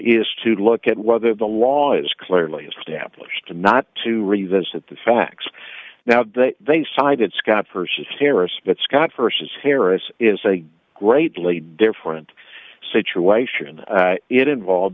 is to look at whether the law is clearly established and not to revisit the facts now that they cited scott versus terrorists but scott versus harris is a greatly different situation and it involved